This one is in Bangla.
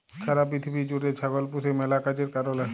ছারা পিথিবী জ্যুইড়ে ছাগল পুষে ম্যালা কাজের কারলে